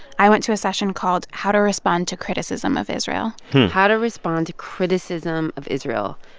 i went to a session called how to respond to criticism of israel how to respond to criticism of israel.